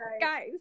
guys